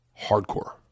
Hardcore